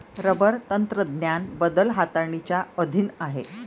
rubber तंत्रज्ञान बदल हाताळणीच्या अधीन आहे